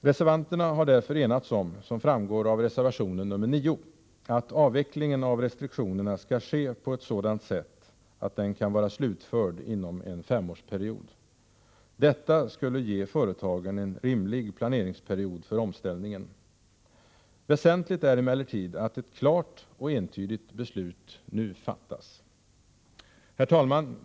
Reservanterna har därför enats om — som framgår av reservation 9 — att avvecklingen av restriktionerna skall ske på ett sådant sätt att den kan vara slutförd inom en femårsperiod. Detta skulle ge företagen en rimlig planeringsperiod för omställningen. Väsentligt är emellertid att ett klart och entydigt beslut nu fattas. Herr talman!